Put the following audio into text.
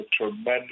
tremendous